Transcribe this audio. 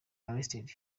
arrested